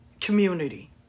community